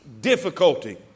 difficulty